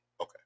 Okay